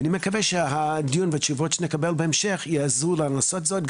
ואני מקווה שהדיון והתשובות שנקבל בהמשך יעזרו לנו לעשות זאת.